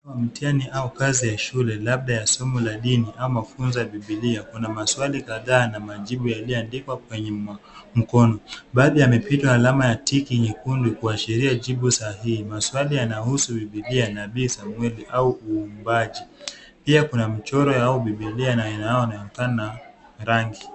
Mtihani au kazi ya shule labda ya somo la Dini ama mafunzo ya Biblia. Kuna maswali kadhaa na majibu yaliyoandikwa kwenye mkono. Baadhi yamepitwa alama ya ticki nyekundu kuashiria jibu sahihi. Maswali yanahusu Biblia, nabii Samueli au Muumbaji. Pia kuna michoro au Biblia na inayoonekana rangi.